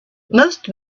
most